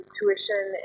tuition